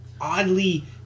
oddly